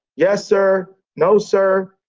yes, sir. no, sir.